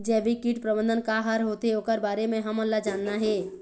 जैविक कीट प्रबंधन का हर होथे ओकर बारे मे हमन ला जानना हे?